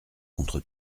contre